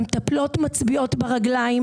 המטפלות מצביעות ברגליים.